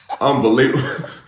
unbelievable